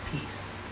peace